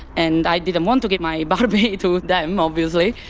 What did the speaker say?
and i didn't want to give my barbie to them obviously,